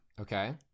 Okay